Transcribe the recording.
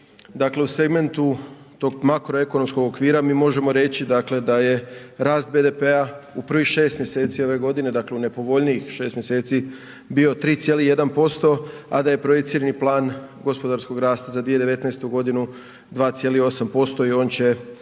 Dakle u segmentu tog makroekonomskog okvira mi možemo reći da je rast BDP-a u prvih šest mjeseci ove godine, dakle u nepovoljnijih šest mjeseci bio 3,1%, a da je projicirani plan gospodarskog rasta za 2019. godinu 2,8% i on će